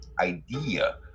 idea